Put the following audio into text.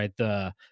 right